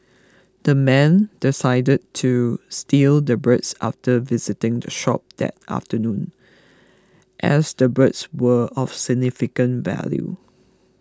the men decided to steal the birds after visiting the shop that afternoon as the birds were of significant value